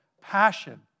passion